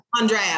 Andrea